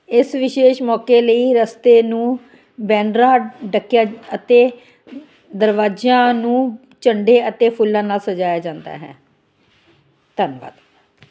ਇਸ ਵਿਸ਼ੇਸ਼ ਮੌਕੇ ਲਈ ਰਸਤੇ ਨੂੰ ਬੈਨਰਾਂ ਢਕਿਆ ਅਤੇ ਦਰਵਾਜ਼ਿਆਂ ਨੂੰ ਝੰਡੇ ਅਤੇ ਫੁੱਲਾਂ ਨਾਲ ਸਜਾਇਆ ਜਾਂਦਾ ਹੈ